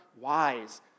wise